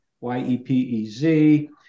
Y-E-P-E-Z